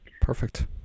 Perfect